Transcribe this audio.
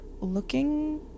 looking